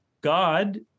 God